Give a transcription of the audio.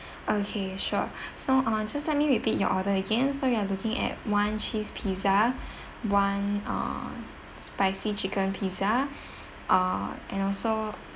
okay sure so uh just let me repeat your order again so you are looking at one cheese pizza one uh spicy chicken pizza ah and also